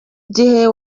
igihe